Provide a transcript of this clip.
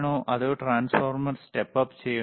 അതോ transformer step up ചെയ്യണോ